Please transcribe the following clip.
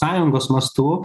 sąjungos mastu